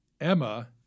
Emma